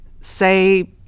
say